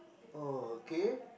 oh okay